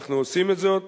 אנחנו עושים את זאת